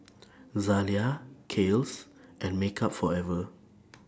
Zalia Kiehl's and Makeup Forever